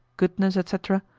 goodness, etc,